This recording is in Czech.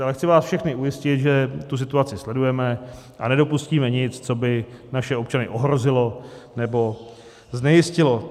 Ale chci vás všechny ujistit, že tu situaci sledujeme a nedopustíme nic, co by naše občany ohrozilo nebo znejistilo.